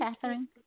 Catherine